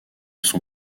son